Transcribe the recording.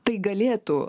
tai galėtų